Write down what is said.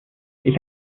ich